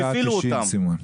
הפעילו אתם.